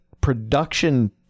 production